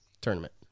tournament